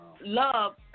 love